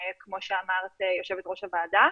כמו שאמרה יושבת ראש הוועדה.